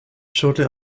shortly